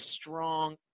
strong